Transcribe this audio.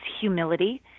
humility